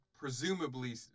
Presumably